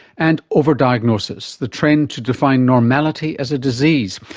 and over-diagnosis the trend to define normality as a disease.